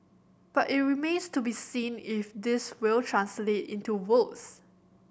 but it remains to be seen if this will translate into votes